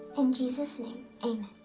in jesus' name, amen.